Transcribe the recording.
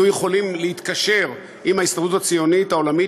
יכולים להתקשר עם ההסתדרות הציונית היהודית,